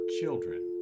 children